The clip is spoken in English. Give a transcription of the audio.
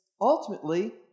ultimately